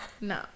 no